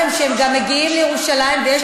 אדוני היושב-ראש?) איוא.